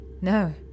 No